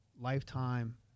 lifetime